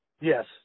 yes